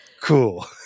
Cool